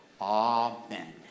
Amen